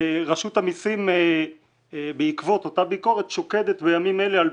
רשות המסים בעקבות אותה ביקורת שוקדת בימים אלה על